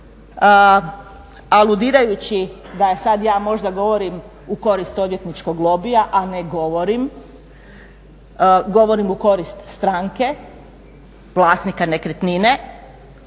aludirajući da sad ja možda govorim u koristi odvjetničkog lobija, a ne govorim, govorim u korist stranke vlasnika nekretnine